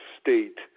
state